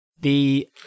The-